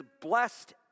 blessed